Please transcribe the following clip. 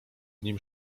nim